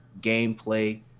gameplay